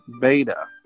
Beta